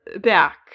back